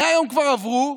100 יום כבר עברו,